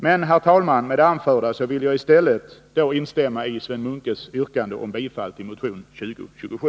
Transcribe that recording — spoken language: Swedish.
Men, herr talman, med det anförda vill jag i stället instämma i Sven Munkes yrkande om bifall till motion 2027.